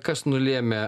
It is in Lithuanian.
kas nulėmė